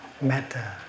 matter